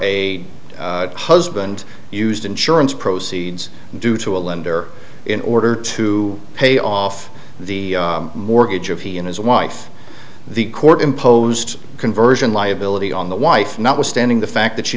a husband used insurance proceeds due to a lender in order to pay off the mortgage of he and his wife the court imposed conversion liability on the wife notwithstanding the fact that she